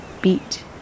beat